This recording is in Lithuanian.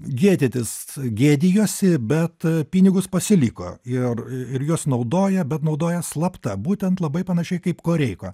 gėdytis gėdijosi bet pinigus pasiliko ir juos naudoja bet naudoja slapta būtent labai panašiai kaip koreika